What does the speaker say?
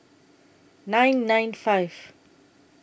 nine nine five